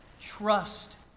trust